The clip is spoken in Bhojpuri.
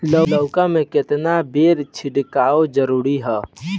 लउका में केतना बेर छिड़काव जरूरी ह?